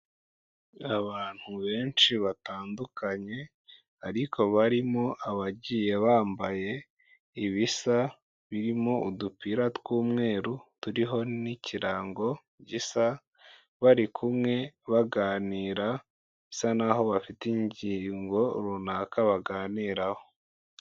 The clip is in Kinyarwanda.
Abantu benshi batandukanye ariko barimo abagiye bambaye ibisa birimo udupira tw'umweru turiho n'ikirango gisa, bari kumwe baganira, bisa n'aho bafite ingingo runaka baganiraho.